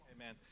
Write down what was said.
Amen